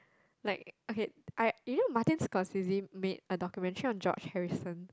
like okay I you know Martin-Scorsese made a documentation on George-Harrison